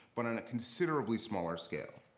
but on a considerably smaller scale.